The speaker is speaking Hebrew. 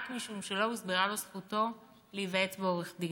משום שלא הוסברה לו זכותו להיוועץ בעורך דין.